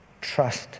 Trust